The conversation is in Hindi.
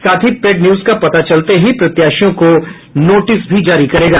साथ ही पेड न्यूज का पता चलते ही प्रत्याशियों को नोटिस भी जारी करेगा